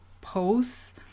posts